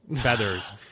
feathers